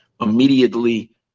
immediately